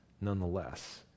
nonetheless